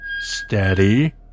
Steady